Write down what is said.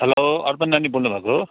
hello Arpan नानी बोल्नु भएको हो